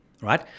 right